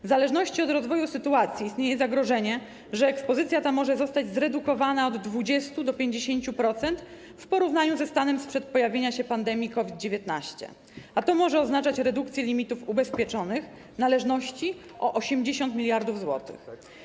W zależności od rozwoju sytuacji istnieje zagrożenie, że ekspozycja ta może zostać zredukowana o 20% do 50% w porównaniu ze stanem sprzed pojawienia się pandemii COVID-19, a to może oznaczać redukcję limitów ubezpieczonych należności o 80 mld zł.